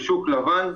לשוק לבן,